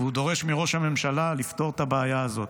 והוא דורש מראש הממשלה לפתור את הבעיה הזאת.